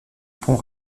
pont